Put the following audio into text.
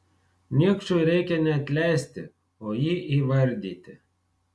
niekšui reikia ne atleisti o jį įvardyti